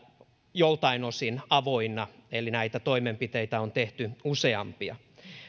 joltain osin avoinna eli näitä toimenpiteitä on tehty useampia